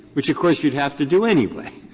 which of course you would have to do any way.